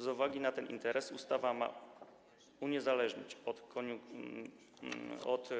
Z uwagi na ten interes ustawa ma uniezależnić od